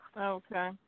Okay